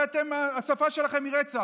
הרי אתם, השפה שלכם היא רצח.